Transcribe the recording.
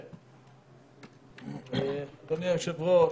אדוני היושב-ראש,